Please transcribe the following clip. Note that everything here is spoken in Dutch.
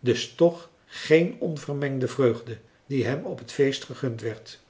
dus toch geen onvermengde vreugde die hem op het feest gegund werd